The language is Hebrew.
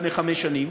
לפני חמש שנים.